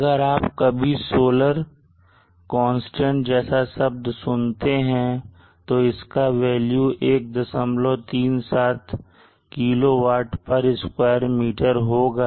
अगर आप कभी सोलर कांस्टेंट जैसा शब्द सुनते हैं तो इसका value 137 kilowatt square metre होगा